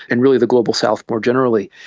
and really the global south more generally,